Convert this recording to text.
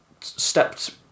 stepped